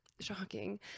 shocking